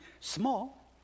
Small